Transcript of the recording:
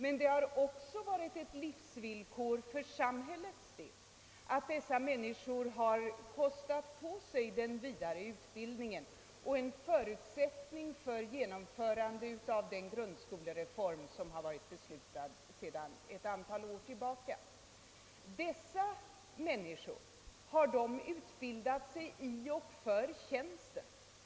Men det har också varit ett livsvillkor för samhällets del att dessa människor har kostat på sig den vidare utbildningen, ty det har varit en förutsättning för genomförandet av den grundskolereform som varit beslutad sedan ett antal år tillbaka. Har dessa människor utbildat sig i och för tjänsten?